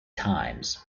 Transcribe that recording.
times